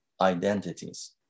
identities